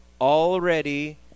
already